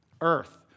Earth